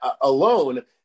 alone